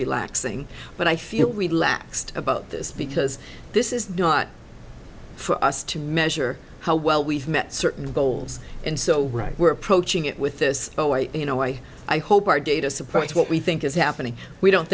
relaxing but i feel relaxed about this because this is not for us to measure how well we've met certain goals and so right we're approaching it with this in a way i hope our data supports what we think is happening we don't